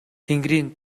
тэнгэрийн